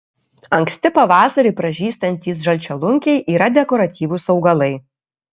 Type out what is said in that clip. anksti pavasarį pražystantys žalčialunkiai yra dekoratyvūs augalai